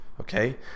Okay